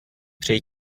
přeji